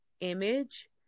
image